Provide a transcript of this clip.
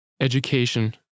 education